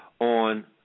on